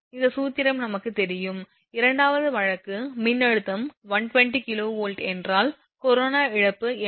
இந்த சூத்திரம் நமக்குத் தெரியும் இரண்டாவது வழக்கு மின்னழுத்தம் 120 𝑘𝑉 என்றால் கொரோனா இழப்பு என்ன